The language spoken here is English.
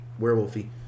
werewolfy